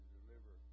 deliver